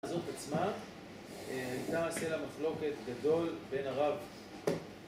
הזאת עצמה, היתה סלע מחלוקת גדול בין הרב.